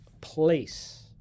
place